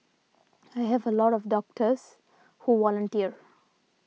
I have a lot of doctors who volunteer